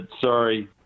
sorry